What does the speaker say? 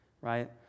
right